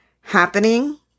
happening